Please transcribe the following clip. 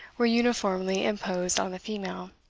were uniformly imposed on the female.